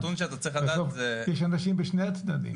יש אנשים בשני הצדדים.